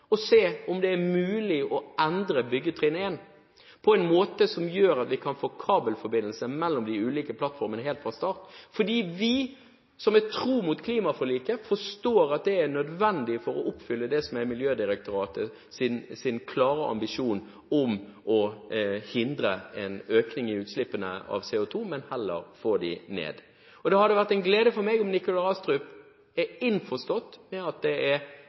å se på om det er mulig å endre byggetrinn 1 på en måte som gjør at vi kan få kabelforbindelse mellom de ulike plattformene helt fra start. Vi som er tro mot klimaforliket, forstår at det er nødvendig for å oppfylle det som er Miljødirektoratets klare ambisjon, å hindre en økning i utslippene av CO2 og heller få dem ned. Det hadde vært en glede for meg om Nikolai Astrup var innforstått med at det er